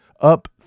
up